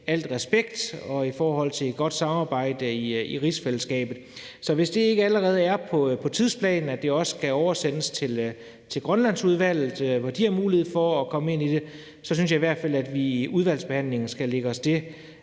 for respekt også set i forhold til et godt samarbejde i rigsfællesskabet, så hvis det ikke allerede er på tidsplanen, at det også skal oversendes til Grønlandsudvalget, hvor de har mulighed for at komme ind i det, så synes jeg i hvert fald, at vi udvalgsbehandlingen skal lægge os det